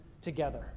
together